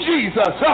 Jesus